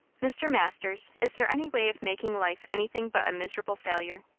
mr. masters, is there any way of making life anything but a miserable failure?